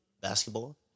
basketball